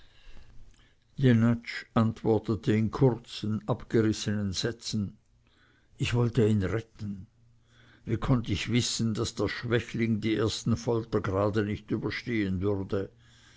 jenatsch antwortete in kurzen abgerissenen sätzen ich wollte ihn retten wie konnt ich wissen daß der schwächling die ersten foltergrade nicht überstehen würde